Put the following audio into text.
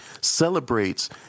celebrates